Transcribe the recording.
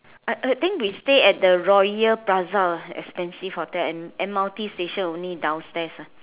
I I think we stay at the royal plaza expensive hotel and m_r_t station only downstairs ah